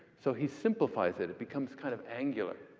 so he simplifies it. it becomes kind of angular.